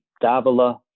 Davila